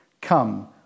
Come